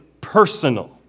personal